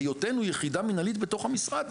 מהיותנו יחידה מנהלית בתוך המשרד,